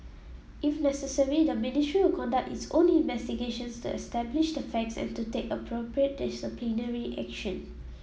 if necessary the Ministry will conduct its own investigations to establish the facts and to take appropriate disciplinary action